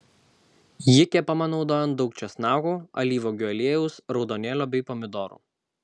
ji kepama naudojant daug česnakų alyvuogių aliejaus raudonėlio bei pomidorų